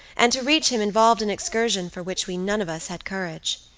and to reach him involved an excursion for which we none of us had courage.